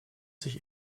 sich